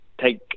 take